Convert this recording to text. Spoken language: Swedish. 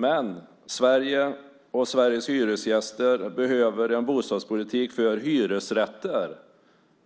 Men Sverige och Sveriges hyresgäster behöver en bostadspolitik med hyresrätter